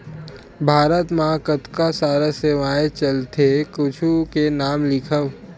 भारत मा कतका सारा सेवाएं चलथे कुछु के नाम लिखव?